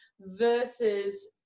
versus